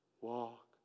Walk